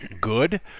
good